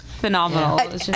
Phenomenal